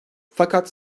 fakat